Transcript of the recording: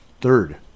Third